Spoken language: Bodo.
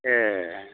ए